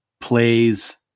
plays